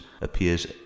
appears